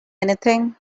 anything